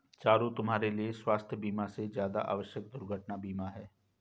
चारु, तुम्हारे लिए स्वास्थ बीमा से ज्यादा आवश्यक दुर्घटना बीमा है